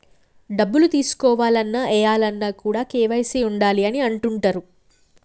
డబ్బులు తీసుకోవాలన్న, ఏయాలన్న కూడా కేవైసీ ఉండాలి అని అంటుంటరు